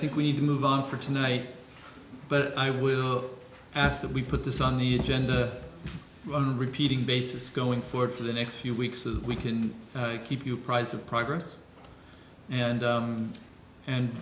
think we need to move on for tonight but i will ask that we put this on the agenda repeating basis going forward for the next few weeks and we can keep you apprised of progress and